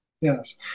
Yes